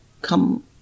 come